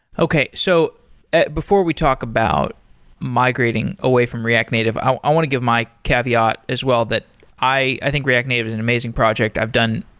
okay. so before we talk about migrating away from react native, i want to give my caveat as well that i i think react native is an amazing project. i've done,